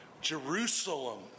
Jerusalem